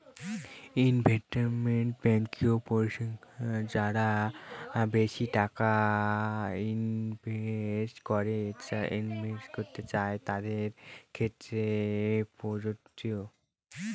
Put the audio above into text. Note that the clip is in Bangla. ইনভেস্টমেন্ট ব্যাঙ্কিং পরিষেবা যারা বেশি টাকা ইনভেস্ট করতে চাই তাদের ক্ষেত্রে প্রযোজ্য